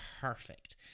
perfect